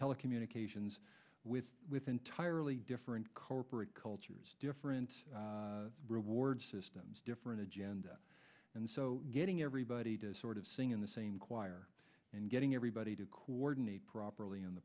telecommunications with with entirely different corporate cultures different reward systems different agenda and so getting everybody to sort of sing in the same choir and getting everybody to coordinate